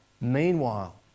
Meanwhile